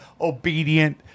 obedient